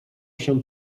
się